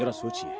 but switch